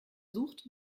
sucht